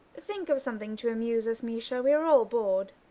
think of something to amuse us, misha, we are all bored.